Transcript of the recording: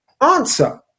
answer